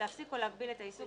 להפסיק או להגביל את העיסוק,